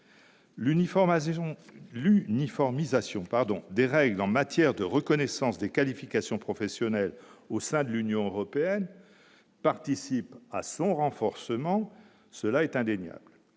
Sion, pardon, des règles en matière de reconnaissance des qualifications professionnelles au sein de l'Union européenne participe à son renforcement, cela est indéniable,